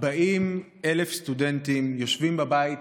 40,000 סטודנטים יושבים בבית